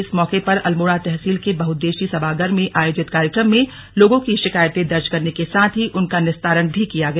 इस मौके पर अल्मोड़ा तहसील के बहुद्देश्यीय सभागार में आयोजित कार्यक्रम में लोगों की शिकायतें दर्ज करने के साथ ही उनका निस्तारण भी किया गया